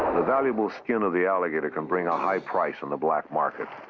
the valuable skin of the alligator can bring a high price on the black market.